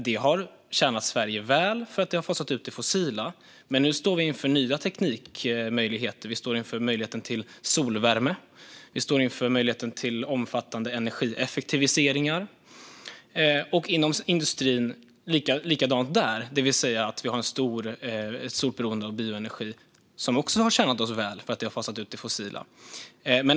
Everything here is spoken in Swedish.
Det har tjänat Sverige väl, för det har fasat ut det fossila, men nu står vi inför nya teknikmöjligheter. Vi står inför möjligheten till solvärme. Vi står inför möjligheten till omfattande energieffektiviseringar. Det är likadant inom industrin: Vi har alltså ett stort beroende av bioenergi som har tjänat oss väl, för det har fasat ut det fossila.